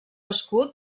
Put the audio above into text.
escut